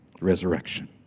resurrection